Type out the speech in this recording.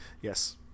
yes